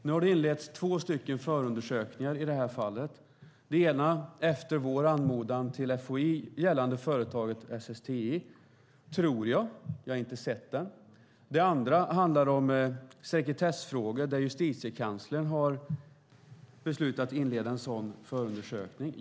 Nu har det inletts två förundersökningar i det här fallet, den ena efter vår anmodan till FOI gällande företaget SSTI, tror jag - jag har inte sett den. Den andra handlar om sekretessfrågor. Justitiekanslern har beslutat att inleda en sådan förundersökning.